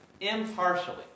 impartially